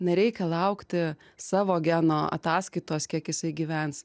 nereikia laukti savo geno ataskaitos kiek jisai gyvens